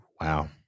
wow